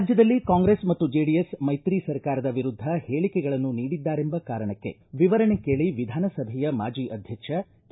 ರಾಜ್ಞದಲ್ಲಿ ಕಾಂಗ್ರೆಸ್ ಮತ್ತು ಜೆಡಿಎಸ್ ಮೈತ್ರಿ ಸರ್ಕಾರದ ವಿರುದ್ದ ಹೇಳಿಕೆಗಳನ್ನು ನೀಡಿದ್ದಾರೆಂಬ ಕಾರಣಕ್ಕೆ ವಿವರಣೆ ಕೇಳಿ ವಿಧಾನಸಭೆಯ ಮಾಜಿ ಅಧ್ಯಕ್ಷ ಕೆ